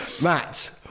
Matt